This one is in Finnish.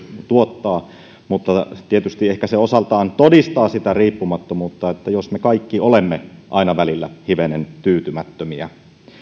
tuottaa mutta tietysti se ehkä osaltaan todistaa sitä riippumattomuutta jos me kaikki olemme aina välillä hivenen tyytymättömiä